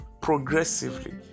progressively